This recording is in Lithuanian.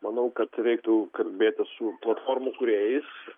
manau kad reiktų kalbėti su platformų kūrėjais